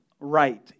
right